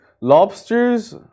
Lobsters